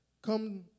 Come